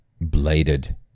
bladed